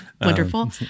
Wonderful